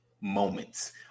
moments